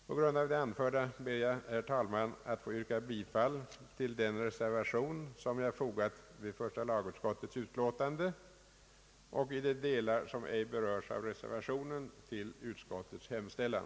På grund av det anförda ber jag, herr talman, att få yrka bifall till den reservation, som jag fogat vid första lagutskottets utlåtande, och, i de delar som ej berörs av reservationen, till utskottets hemställan.